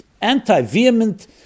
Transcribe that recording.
anti-vehement